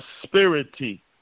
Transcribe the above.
prosperity